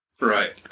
Right